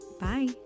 Bye